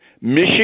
Michigan